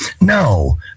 no